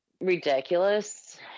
ridiculous